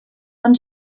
van